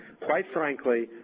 quite frankly,